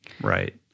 Right